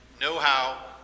know-how